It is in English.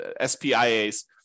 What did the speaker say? SPIA's